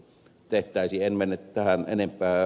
en mene tähän enempää